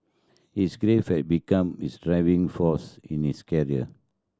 his grief had become his driving force in his career